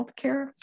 healthcare